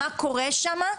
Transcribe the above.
מה קורה שם,